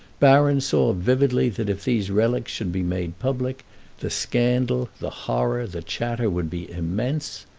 baron saw vividly that if these relics should be made public the scandal, the horror, the chatter would be immense.